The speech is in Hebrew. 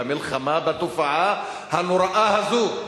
במלחמה בתופעה הנוראה הזו.